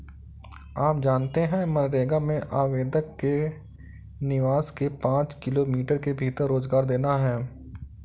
आप जानते है मनरेगा में आवेदक के निवास के पांच किमी के भीतर रोजगार देना है?